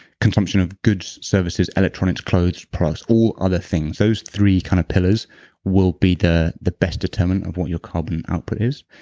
consumption of goods, services, electronics, clothes, products or other things. so those three kind of pillars will be the the best determinant of what your carbon output is.